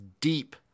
deep